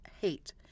hate